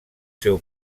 seu